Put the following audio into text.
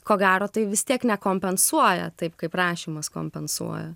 ko gero tai vis tiek nekompensuoja taip kaip rašymas kompensuoja